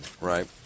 right